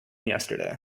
yesterday